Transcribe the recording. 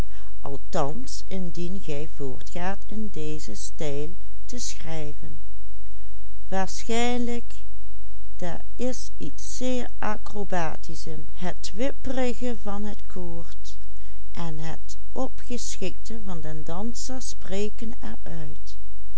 het wipperige van het koord en het opgeschikte van den danser spreken